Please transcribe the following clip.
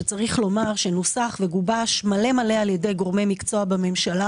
שנוסח וגובש מלא-מלא על ידי גורמי מקצוע בממשלה